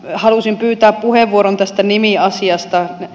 halusin pyytää puheenvuoron tästä nimiasiasta